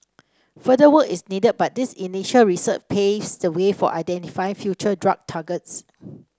further work is needed but this initial research paves the way for identify future drug targets